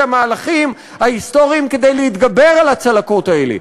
המהלכים ההיסטוריים כדי להתגבר על הצלקות האלה,